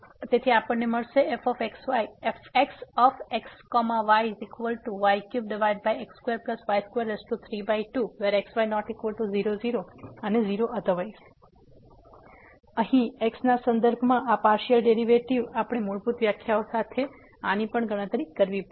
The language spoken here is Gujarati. તેથી અમને મળી fxxyy3x2y232xy≠00 0elsewhere અને અહીં x ના સંદર્ભમાં આ પાર્સીઅલ ડેરીવેટીવ આપણે મૂળભૂત વ્યાખ્યાઓ સાથે આની પણ ગણતરી કરવી પડશે